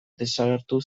desagertu